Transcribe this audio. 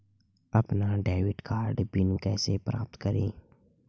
अपना debit card pin कैसे प्राप्त करें?